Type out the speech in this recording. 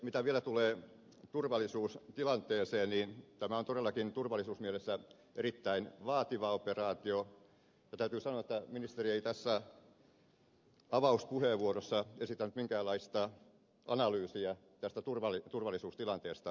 mitä vielä tulee turvallisuustilanteeseen niin tämä on todellakin turvallisuusmielessä erittäin vaativa operaatio ja täytyy sanoa että ministeri ei tässä avauspuheenvuorossaan esittänyt minkäänlaista analyysiä tästä turvallisuustilanteesta